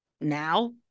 now